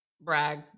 brag